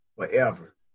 forever